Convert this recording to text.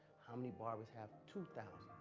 how many barbers have two thousand?